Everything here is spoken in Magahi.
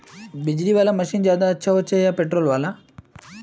बिजली वाला मशीन ज्यादा अच्छा होचे या पेट्रोल वाला?